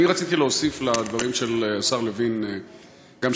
אני רציתי להוסיף לדברים של השר לוין שאלה.